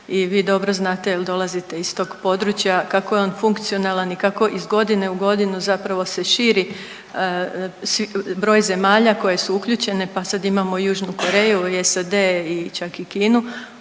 i vi dobro znate jel dolazite iz tog područja kako je on funkcionalan i kako iz godine u godinu zapravo se širi broj zemalja koje su uključene, pa sad imamo i Južnu Koreju i SAD i čak i Kinu.